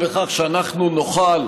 שאנחנו נוכל